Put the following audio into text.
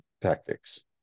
tactics